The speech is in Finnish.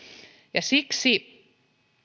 siksi